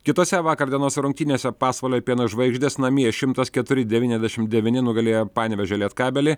kitose vakar dienos rungtynėse pasvalio pieno žvaigždės namie šimtas keturi devyniasdešimt devyni nugalėjo panevėžio lietkabelį